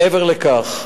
מעבר לכך,